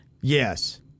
Yes